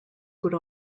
would